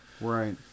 Right